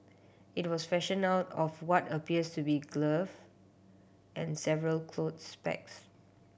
it was fashioned out of what appears to be glove and several clothes pegs